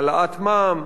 העלאת מע"מ,